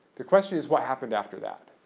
the question is, what happened after that?